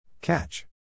Catch